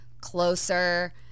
closer